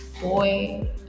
boy